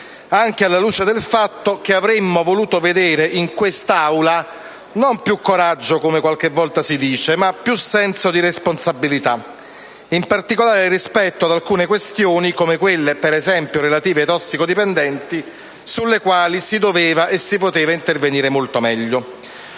anche alla luce del fatto che avremmo voluto vedere in quest'Aula non più coraggio, come qualche volta si dice, ma più senso di responsabilità, in particolare rispetto ad alcune questioni, come quelle relative ai tossicodipendenti, sulle quali si doveva e si poteva intervenire molto meglio.